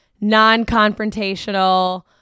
non-confrontational